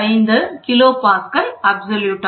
325 KPa abs